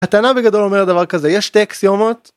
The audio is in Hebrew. הטענה בגדול אומרת דבר כזה, יש שתי אקסיומות?